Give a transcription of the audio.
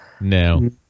No